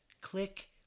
click